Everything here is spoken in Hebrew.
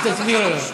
תסבירי לו.